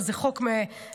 אבל זה חוק מ-2014,